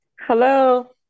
Hello